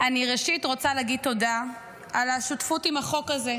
ראשית אני רוצה להגיד תודה על השותפות בחוק הזה,